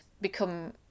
become